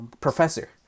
professor